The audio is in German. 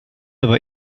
aber